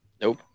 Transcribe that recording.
Nope